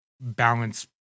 balance